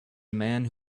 man